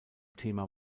thema